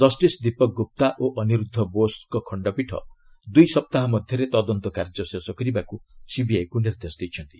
justice Deepak Gupta ଓ ଅନିରୁଦ୍ଧ ବୋଷଙ୍କ ଖଣ୍ଡପୀଠ ଦୁଇସପ୍ତାହ ମଧ୍ୟରେ ତଦନ୍ତକାର୍ଯ୍ୟ ଶେଷ କରିବାକୁ ସିବିଆଇକୁ ନିର୍ଦ୍ଦେଶ ଦେଇଛନ୍ତି